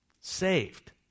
saved